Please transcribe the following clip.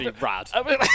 rad